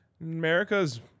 America's